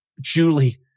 Julie